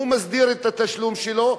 ומסדיר את התשלום שלו,